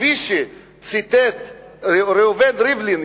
כפי שציטט ראובן ריבלין,